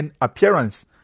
appearance